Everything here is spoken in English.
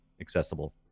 accessible